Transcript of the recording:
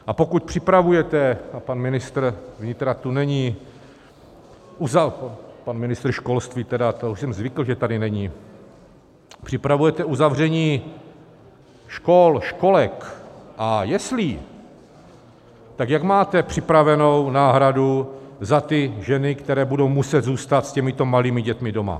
A pokud připravujete a pan ministr vnitra tu není, pan ministr školství: už jsem zvyklý, že tady není připravujete uzavření škol, školek a jeslí, tak jak máte připravenou náhradu za ty ženy, které budou muset zůstat s těmito malými dětmi doma?